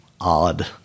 odd